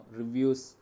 reviews